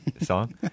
song